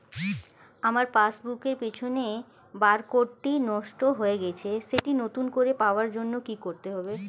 আমার পাসবুক এর পিছনে বারকোডটি নষ্ট হয়ে গেছে সেটি নতুন করে পাওয়ার জন্য কি করতে হবে?